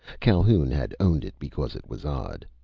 calhoun had owned it because it was odd.